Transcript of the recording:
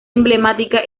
emblemática